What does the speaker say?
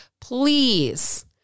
please